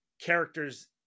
character's